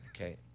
Okay